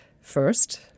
first